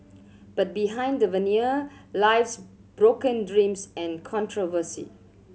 but behind the veneer lies broken dreams and controversy